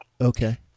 Okay